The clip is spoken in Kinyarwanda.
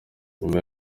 nyuma